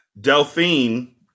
Delphine